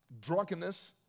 drunkenness